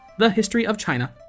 thehistoryofchina